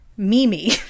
Mimi